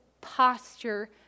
posture